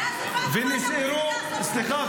ואז הבנו --- סליחה,